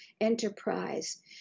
enterprise